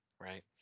right